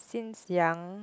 since young